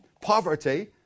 poverty